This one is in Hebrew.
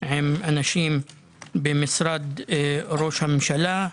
עם אנשים במשרד ראש הממשלה,